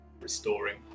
restoring